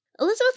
Elizabeth